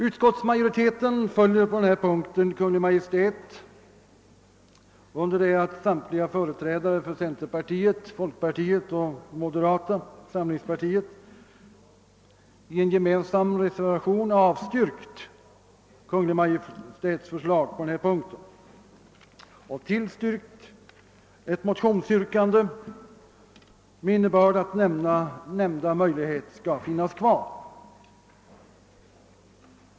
: Utskottsmajoriteten följer på denna punkt Kungl. Maj:t, under 'det att samtliga företrädare för centerpartiet, folkpartiet och moderata samlingspartiet i en gemensam reservation har. avstyrkt Kungl. Majt:s förslag på denna punkt och tillstyrkt ett motionsyrkande, som innebär att nämnda möjlighet skall finnas kvar.